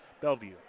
Bellevue